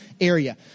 area